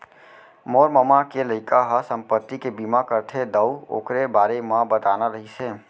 मोर ममा के लइका ह संपत्ति के बीमा करथे दाऊ,, ओकरे बारे म बताना रहिस हे